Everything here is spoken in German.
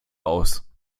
aus